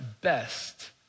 best